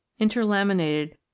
interlaminated